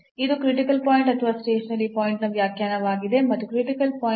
ಇದು critical point ಅಥವಾ stationary point ನ ವ್ಯಾಖ್ಯಾನವಾಗಿದೆ ಮತ್ತು ಕ್ರಿಟಿಕಲ್ ಪಾಯಿಂಟ್